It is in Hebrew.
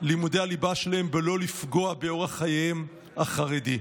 לימודי הליבה שלהם בלי לפגוע באורח חייהם החרדי.